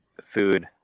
food